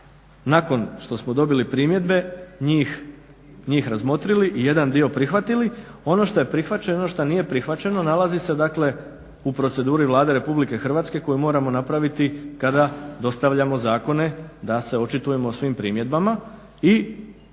nakon što smo dobili primjedbe njih razmotrili i jedan dio prihvatili. Ono što je prihvaćeno i što nije prihvaćeno nalazi se dakle u proceduri Vlade RH koju moramo napraviti kada dostavljamo zakone da se očitujemo o svim primjedbama i to